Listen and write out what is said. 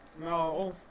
No